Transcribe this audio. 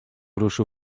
ruszył